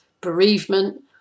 bereavement